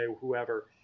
whoever